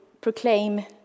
proclaim